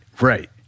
Right